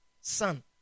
son